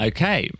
Okay